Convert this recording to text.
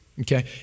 okay